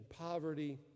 poverty